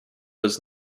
was